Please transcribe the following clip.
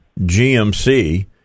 GMC